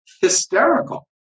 hysterical